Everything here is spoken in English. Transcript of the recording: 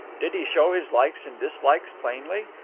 did he show his likes and dislikes plainly?